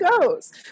goes